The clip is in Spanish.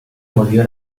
volvió